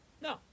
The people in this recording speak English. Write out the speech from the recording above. No